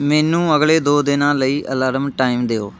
ਮੈਨੂੰ ਅਗਲੇ ਦੋ ਦਿਨਾਂ ਲਈ ਅਲਾਰਮ ਟਾਈਮ ਦਿਓ